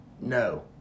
No